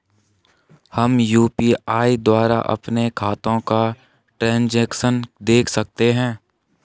हम यु.पी.आई द्वारा अपने खातों का ट्रैन्ज़ैक्शन देख सकते हैं?